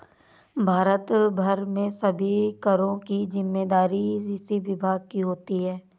भारत भर में सभी करों की जिम्मेदारी इसी विभाग की होती है